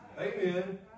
Amen